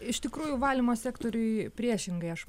iš tikrųjų valymo sektoriuj priešingai aš